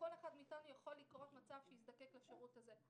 לכל אחד מאיתנו יכול לקרות מצב שיזדקק לשירות הזה.